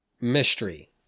mystery